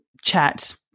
chat